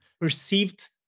perceived